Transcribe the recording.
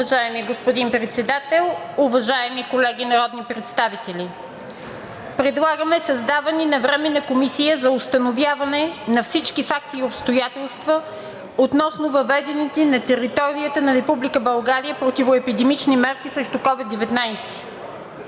Уважаеми господин Председател, уважаеми колеги народни представители! Предлагаме създаване на Временна комисия за установяване на всички факти и обстоятелства относно въведените на територията на Република България противоепидемични мерки срещу COVID-19.